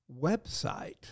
website